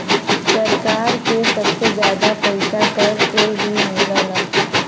सरकार के सबसे जादा पइसा कर से ही मिलला